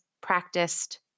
practiced